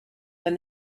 when